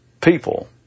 people